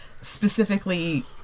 specifically